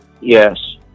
Yes